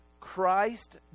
Christ